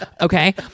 Okay